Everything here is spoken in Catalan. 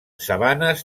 sabanes